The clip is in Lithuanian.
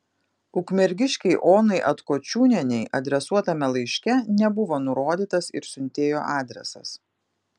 ukmergiškei onai atkočiūnienei adresuotame laiške nebuvo nurodytas ir siuntėjo adresas